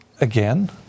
again